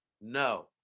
No